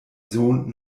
sohn